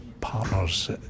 partners